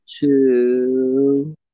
Two